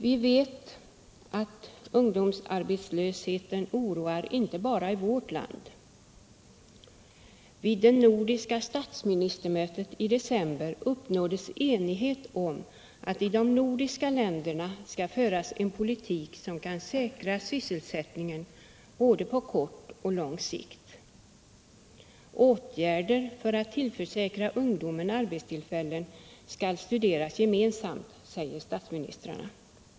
Vi vet att ungdomsarbetslösheten oroar inte bara i vårt land. Vid det nordiska statsministermötet i december uppnåddes enighet om att det i de nordiska länderna skall föras en politik som kan säkra sysselsättningen både på kort och lång sikt. Åtgärder för att tillförsäkra ungdomen arbetstillfällen skall studeras gemensamt, säger statsministrarna.